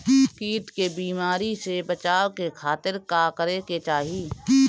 कीट के बीमारी से बचाव के खातिर का करे के चाही?